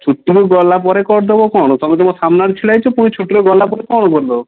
ଛୁଟିରୁ ଗଲା ପରେ କରିଦେବ କ'ଣ ତୁମେ ତ ମୋ ସାମ୍ନାରେ ଛିଡ଼ା ହେଇଛ ପୁଣି ଛୁଟିରୁ ଗଲା ପରେ କ'ଣ କରିଦେବ